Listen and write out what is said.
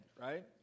right